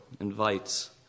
invites